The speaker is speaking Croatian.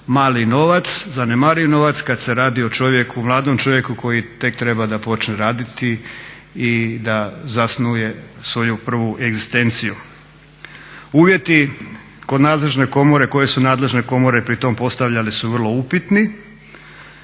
malo novac, zanemariv novac kad se radi o čovjeku, mladom čovjeku koji tek treba da počne raditi i da zasnuje svoju prvu egzistenciju. Uvjeti kod nadležne komore koje su nadležne komore pri tom postavljali su vrlo upitni,